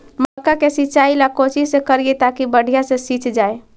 मक्का के सिंचाई ला कोची से करिए ताकी बढ़िया से सींच जाय?